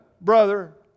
brother